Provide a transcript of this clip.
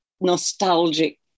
nostalgic